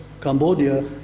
Cambodia